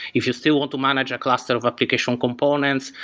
if you still want to manage a class server application components,